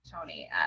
Tony